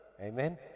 Amen